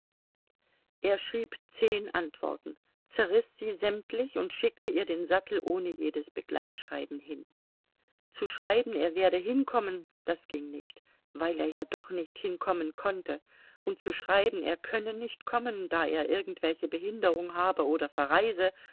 er schrieb zehn antworten zerriß sie sämtlich und schickte ihr den sattel ohne jedes begleitschreiben hin zu schreiben er werde hinkommen das ging nicht weil er ja doch nicht hinkommen konnte und zu schreiben er könne nicht kommen da er irgendwelche behinderung habe oder verreise